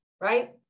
right